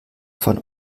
von